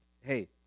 hey